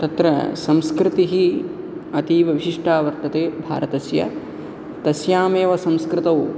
तत्र संस्कृतिः अतीवविशिष्टाः वर्तते भारतस्य तस्यामेव संस्कृतौ